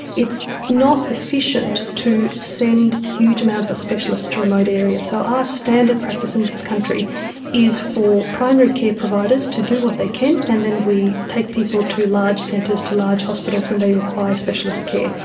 it's not efficient to send huge amounts of specialists to remote areas, so our standard practice in this country is for primary care providers to do what they can and then we take people to large centres, to large hospitals when they require specialist care.